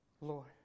Lord